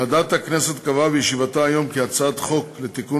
ועדת הכנסת קבעה בישיבתה היום כי הצעת חוק לתיקון